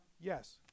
Yes